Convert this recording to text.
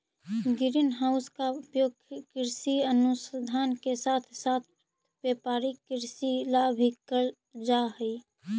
green house का उपयोग कृषि अनुसंधान के साथ साथ व्यापारिक कृषि ला भी करल जा हई